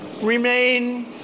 remain